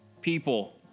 People